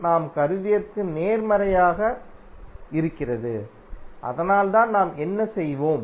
அடுத்த நோடில் உள்ள கரண்ட் நாம் அடுத்ததாக கண்டுபிடிக்க வேண்டும் எனவே இந்த குறிப்பிட்ட நோடுக்கு நோடு சமன்பாட்டை எழுத வேண்டும்